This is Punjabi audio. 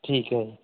ਠੀਕ ਹੈ